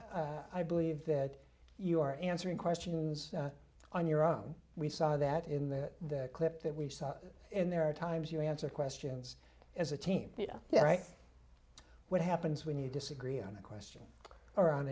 i believe that you are answering questions on your own we saw that in the clip that we saw in there are times you answer questions as a team yeah right what happens when you disagree on a question or on